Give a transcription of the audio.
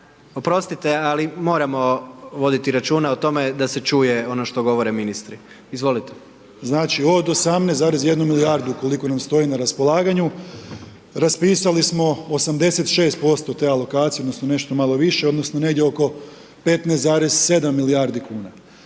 oprostite ali moramo voditi računa, o tome, da se čuje ono što govore ministri, izvolite. **Tolušić, Tomislav (HDZ)** Znači od 18,1 milijardi koliko nam stoji na raspolaganju, raspisali smo 86% te alokacije, odnosno, nešto malo više, odnosno, negdje oko 15,7 milijardi kn.